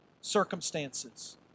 circumstances